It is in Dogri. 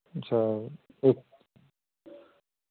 अच्छा